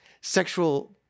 sexual